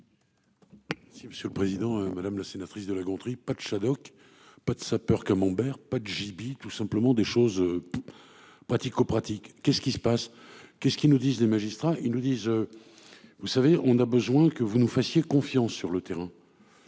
Si Monsieur le Président, madame la sénatrice de La Gontrie pas Shadoks pas de sapeur Camembert pas Djiby tout simplement des choses. Pratico-pratique, qu'est-ce qui se passe, qu'est-ce qui nous disent les magistrats. Ils nous disent. Vous savez, on a besoin que vous nous fassiez confiance sur le terrain.